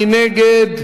מי נגד?